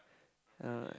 yeah